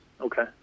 Okay